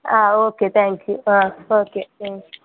ಹಾಂ okay thank you ಹಾಂ okay ಹಾಂ